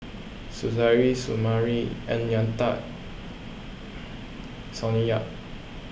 Suzairhe Sumari Ng Yat Sonny Yap